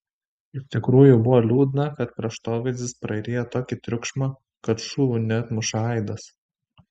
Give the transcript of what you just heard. iš tikrųjų buvo liūdna kad kraštovaizdis praryja tokį triukšmą kad šūvių neatmuša aidas